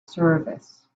service